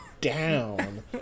down